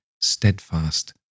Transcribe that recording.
steadfast